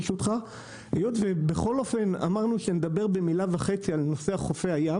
ברשותך: היות ובכל אופן אמרנו שנדבר במילה וחצי על נושא חופי הים